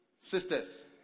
Sisters